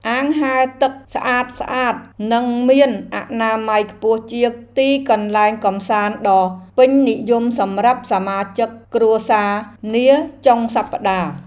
អាងហែលទឹកស្អាតៗនិងមានអនាម័យខ្ពស់ជាទីកន្លែងកម្សាន្តដ៏ពេញនិយមសម្រាប់សមាជិកគ្រួសារនាចុងសប្តាហ៍។